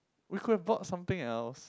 we could bought something else